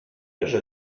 âge